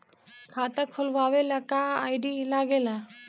खाता खोलवावे ला का का आई.डी लागेला?